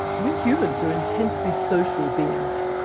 we humans are intensely social beings.